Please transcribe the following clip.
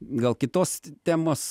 gal kitos temos